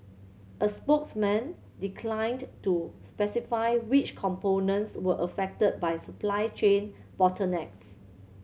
a spokesman declined to specify which components were affected by supply chain bottlenecks